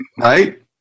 right